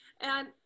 and-